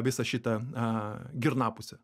visą šitą aaa girnapusę